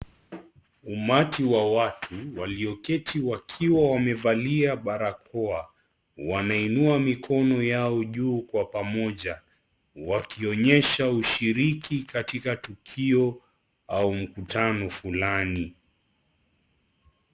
Umati wa watu walioketi wakiwa wamevalia barakoa, wanainua mikono yao juu kwa pamoja wakionyesha ushiriki katika tukio au mkutano fulani.